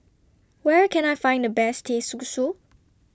Where Can I Find The Best Teh Susu